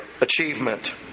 achievement